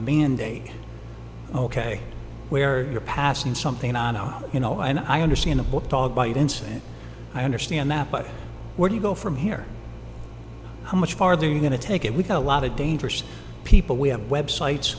mandate ok where you're passing something on our you know and i understand what dog bite incident i understand that but where do you go from here how much farther you're going to take it with a lot of dangerous people we have websites